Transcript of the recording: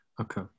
Okay